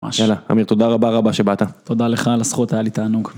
יאללה אמיר תודה רבה רבה שבאת, תודה לך על הזכות היה לי תענוג.